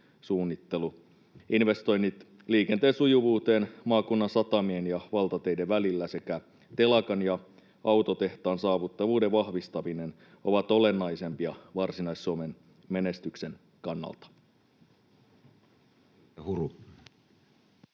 Investoinnit liikenteen sujuvuuteen maakunnan satamien ja valtateiden välillä sekä telakan ja autotehtaan saavutettavuuden vahvistaminen ovat olennaisempia Varsinais-Suomen menestyksen kannalta.